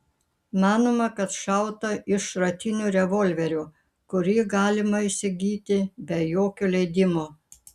manoma kad šauta iš šratinio revolverio kurį galima įsigyti be jokio leidimo